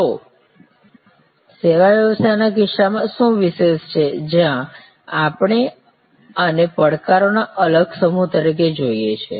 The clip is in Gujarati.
તો સેવા વ્યવસાયના કિસ્સામાં શું વિશેષ છે જ્યાં આપણે આને પડકારોના અલગ સમૂહ તરીકે જોઈએ છીએ